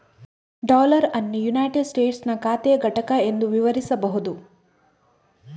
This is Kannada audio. ಡಾಲರ್ ಅನ್ನು ಯುನೈಟೆಡ್ ಸ್ಟೇಟಸ್ಸಿನ ಖಾತೆಯ ಘಟಕ ಎಂದು ವಿವರಿಸಬಹುದು